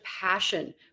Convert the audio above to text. passion